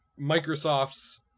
Microsoft's